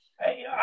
Hey